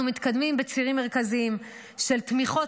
אנחנו מתקדמים בצירים מרכזיים של תמיכות